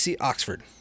Oxford